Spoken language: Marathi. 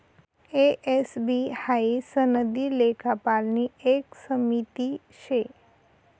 ए, एस, बी हाई सनदी लेखापालनी एक समिती शे